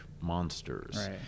monsters